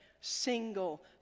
single